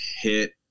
hit